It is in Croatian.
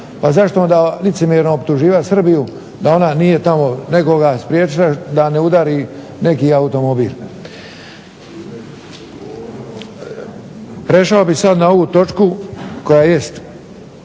pa zašto onda optuživati Srbiju da ona nije tamo nekoga spriječila da ne udari neki automobil. Prešao bih sada na ovu točku koja jest.